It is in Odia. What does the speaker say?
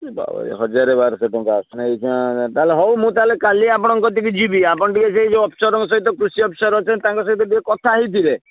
ଇଏ ବାବାରେ ହଜାରେ ବାରଶ ଟଙ୍କା ଆସୁଛି ନା ଏଇଖିଣି ତା'ହେଲେ ହଉ ମୁଁ ତା'ହେଲେ କାଲି ଆପଣଙ୍କ କତିକି ଯିବି ଆପଣ ଟିକେ ସେଇ ଯେଉଅ ଅଫିସରଙ୍କ ସହିତ କୃଷି ଅଫିସର ଅଛନ୍ତି ତାଙ୍କ ସହିତ ଟିକେ କଥା ହେଇଥିବେ